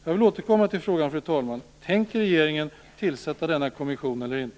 Jag vill återkomma till frågan, fru talman: Tänker regeringen tillsätta denna kommission eller inte?